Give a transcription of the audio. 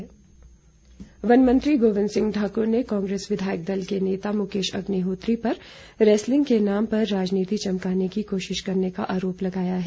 बयान वन मंत्री गोविंद ठाकुर ने कांग्रेस विधायक दल के नेता मुकेश अग्निहोत्री पर रैसलिंग के नाम पर राजनीति चमकाने की कोशिश करने का आरोप लगाया है